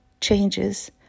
changes